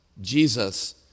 Jesus